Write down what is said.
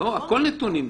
הכול נתונים.